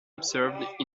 observed